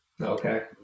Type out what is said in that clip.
Okay